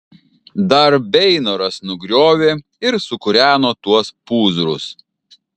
dar beinoras nugriovė ir sukūreno tuos pūzrus